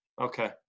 okay